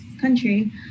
country